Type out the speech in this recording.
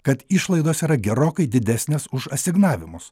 kad išlaidos yra gerokai didesnės už asignavimus